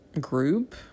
group